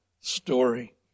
story